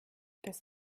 das